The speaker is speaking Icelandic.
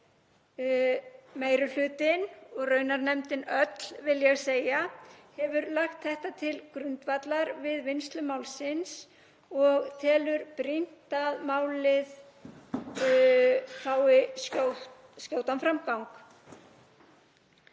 Meiri hlutinn og raunar nefndin öll, vil ég segja, hefur lagt þetta til grundvallar við vinnslu málsins og telur brýnt að málið fái skjótan framgang.